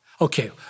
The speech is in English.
Okay